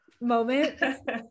moment